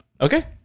Okay